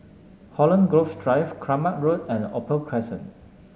Holland Grove Drive Kramat Road and Opal Crescent